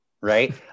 right